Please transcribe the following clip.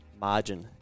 margin